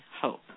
hope